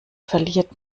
verliert